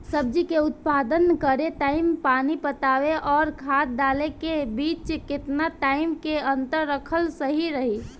सब्जी के उत्पादन करे टाइम पानी पटावे आउर खाद डाले के बीच केतना टाइम के अंतर रखल सही रही?